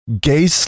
gay